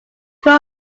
two